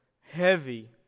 heavy